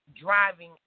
driving